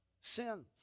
sins